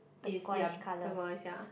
is ya turquoise